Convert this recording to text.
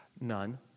None